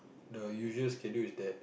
the usual schedule is that